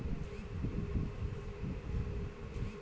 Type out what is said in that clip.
कतरनी धान में कब कब खाद दहल जाई?